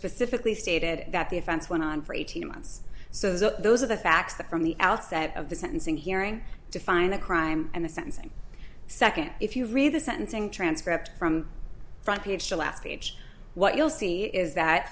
specifically stated that the offense went on for eighteen months so those are the facts that from the outset of the sentencing hearing define a crime and the sentencing nd if you read the sentencing transcript from front page the last page what you'll see is that